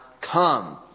come